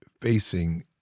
facing